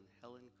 Helen